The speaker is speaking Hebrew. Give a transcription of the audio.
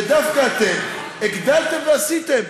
ודווקא אתם הגדלתם ועשיתם.